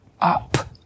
up